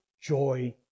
joy